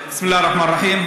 רגע,